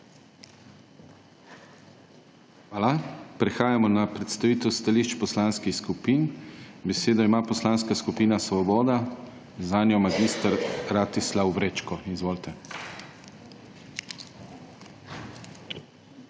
Hvala. Prehajamo na predstavitev stališč Poslanskih skupin. Besedo ima Poslanska skupina Svoboda, zanjo mag. Bratiskav Vrečko. Izvolite.